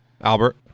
Albert